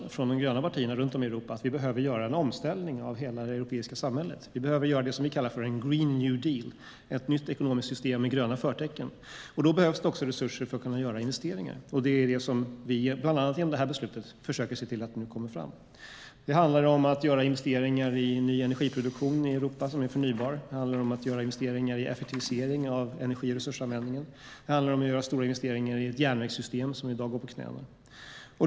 Från de gröna partierna runt om i Europa ser vi att det behövs en omställning av hela det europeiska samhället. Vi behöver göra det som vi kallar för en green new deal, ett nytt ekonomiskt system med gröna förtecken. Då behövs det också resurser för att kunna göra investeringar. Det är det som vi bland annat genom detta beslut försöker se till att det kommer fram. Det handlar om att göra investeringar i ny energiproduktion i Europa som är förnybar. Det handlar om att göra investeringar i effektivisering av energi och resursanvändningen. Det handlar om att göra stora investeringar i ett järnvägssystem som i dag går på knäna.